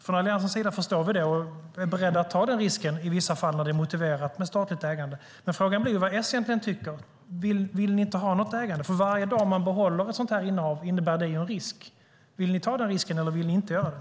Från Alliansens sida förstår vi det och är beredda att ta den risken i vissa fall, när det är motiverat med ett statligt ägande. Men frågan blir vad Socialdemokraterna egentligen tycker. Vill ni inte ha något ägande? Varje dag man behåller ett sådant här innehav innebär ju en risk. Vill ni ta den risken eller vill ni inte göra det?